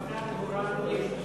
המפכ"ל הורה לא להשתמש,